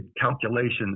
calculations